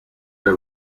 they